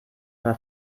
habe